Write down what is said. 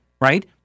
right